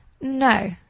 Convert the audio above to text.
No